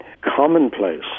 commonplace